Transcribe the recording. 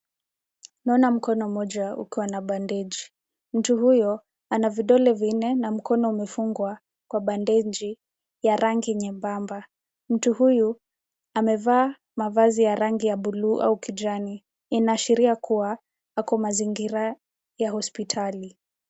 Naona mkono mmoja ukiwa na bandage . Mtu huyo ana vidole vinne na mkono umefungwa kwa bandeji ya rangi nyembamba. Mtu huyu amevaa mavazi ya rangi ya buluu au kijani. Inaashiria kuwa ako mazingira ya hospitali.